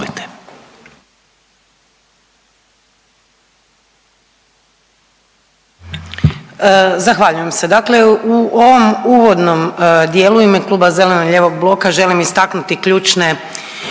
Zahvaljujem se. Dakle, u ovom uvodnom dijelu u ime kluba Zeleno-lijevog bloka želim istaknuti ključne